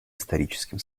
историческим